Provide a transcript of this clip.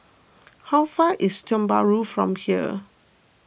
how far is Tiong Bahru from here